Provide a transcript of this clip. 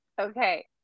Okay